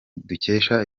dukesha